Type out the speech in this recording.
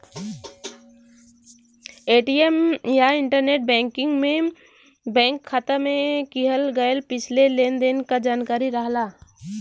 ATM या internet banking में bank खाता में किहल गयल पिछले लेन देन क जानकारी रहला